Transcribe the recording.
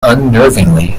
unnervingly